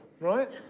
right